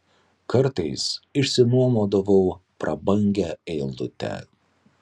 kartais išsinuomodavau prabangią eilutę